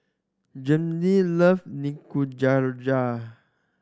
Jeanne love